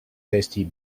tasty